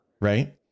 right